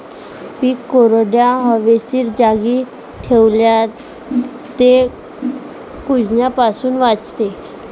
पीक कोरड्या, हवेशीर जागी ठेवल्यास ते कुजण्यापासून वाचते